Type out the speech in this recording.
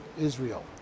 Israel